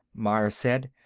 myers said.